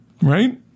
right